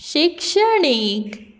शिक्षणीक